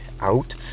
out